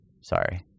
sorry